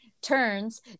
turns